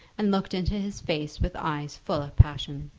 and looked into his face with eyes full of passion.